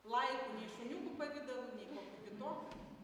laikų nei šuniukų pavidalu nei kokiu kitokiu